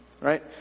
Right